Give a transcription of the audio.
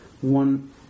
one